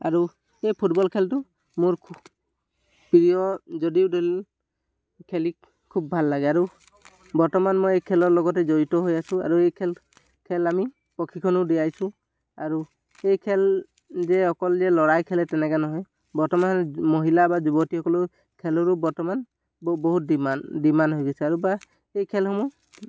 আৰু এই ফুটবল খেলটো মোৰ খুব প্ৰিয় যদিও ধৰি লওক খেলি খুব ভাল লাগে আৰু বৰ্তমান মই এই খেলৰ লগতে জড়িত হৈ আছো আৰু এই খেল খেল আমি প্ৰশিক্ষণো দিয়াইছোঁ আৰু এই খেল যে অকল যে ল'ৰাই খেলে তেনেকুৱা নহয় বৰ্তমান মহিলা বা যুৱতীসকলৰ খেলৰো বৰ্তমান বহুত ডিমাণ্ড ডিমাণ্ড হৈ গৈছে আৰু বা এই খেলসমূহ